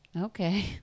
Okay